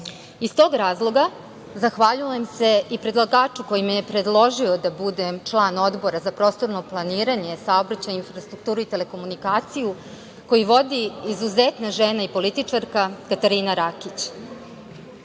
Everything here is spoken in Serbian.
Iz tog razloga zahvaljujem se i predlagaču koji me je predložio da budem član Odbora za prostorno planiranje, saobraćaj, infrastrukturu i telekomunikacije, koji vodi izuzetna žena i političarka Katarina